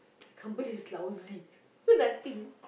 company is lousy nothing